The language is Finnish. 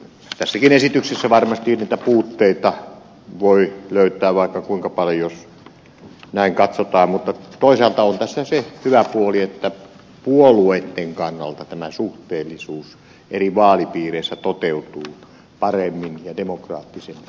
tästäkin esityksestä varmasti niitä puutteita voi löytää vaikka kuinka paljon jos näin katsotaan mutta toisaalta on tässä se hyvä puoli että puolueitten kannalta tämä suhteellisuus eri vaalipiireissä toteutuu paremmin ja demokraattisemmin